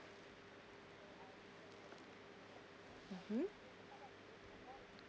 mmhmm